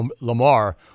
Lamar